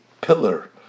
pillar